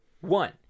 One